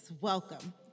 welcome